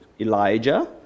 Elijah